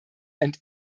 and